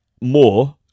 more